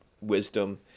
wisdom